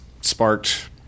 sparked